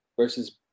versus